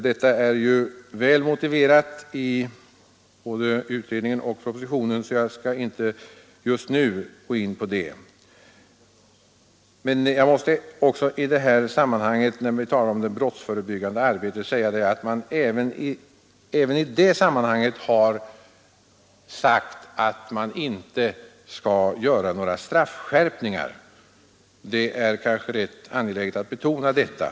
Detta är väl motiverat både i utredningen och i propositionen, varför jag inte just nu skall gå in Nr 106 PRE E a Fredagen den Jag måste också, när vi talar om brottsförebyggande arbete, säga att I juni 1973 man inte föreslår några straffskärpningar. Det är kanske angeläget att. so — betona detta.